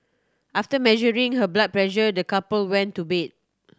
after measuring her blood pressure the couple went to bed